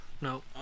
No